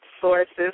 sources